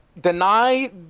deny